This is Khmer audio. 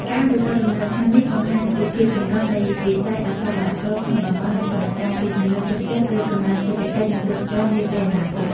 ការអភិវឌ្ឍលំនៅឋាននេះបង្ហាញពីភាពចម្រុះនៃវិស័យអចលនទ្រព្យក្នុងតំបន់ និងឆ្លុះបញ្ចាំងពីជំនឿទុកចិត្តលើកំណើនសេដ្ឋកិច្ច និងទេសចរណ៍នាពេលអនាគត។